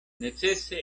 necese